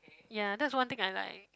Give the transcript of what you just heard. ya that's one thing I like